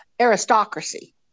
aristocracy